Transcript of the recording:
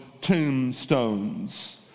tombstones